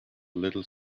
little